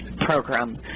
program